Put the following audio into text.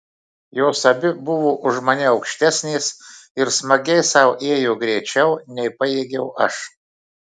jos abi buvo už mane aukštesnės ir smagiai sau ėjo greičiau nei pajėgiau aš